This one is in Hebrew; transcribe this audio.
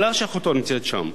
מפני שאחותו נמצאת שם.